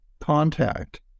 contact